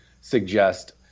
suggest